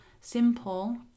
simple